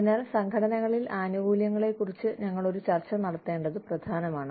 അതിനാൽ സംഘടനകളിൽ ആനുകൂല്യങ്ങളെക്കുറിച്ച് ഞങ്ങൾ ഒരു ചർച്ച നടത്തേണ്ടത് പ്രധാനമാണ്